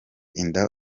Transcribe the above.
inda